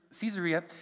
Caesarea